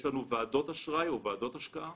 יש לנו ועדות אשראי או ועדות השקעה